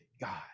God